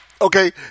Okay